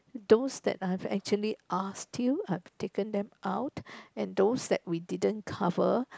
those that I've actually asked you I taken them out and those that we didn't cover